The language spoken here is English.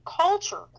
culture